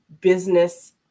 business